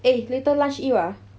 eh later lunch eat what ah